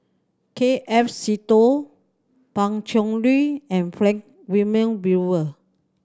K F Seetoh Pan Cheng Lui and Frank Wilmin Brewer